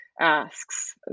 asks